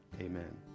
Amen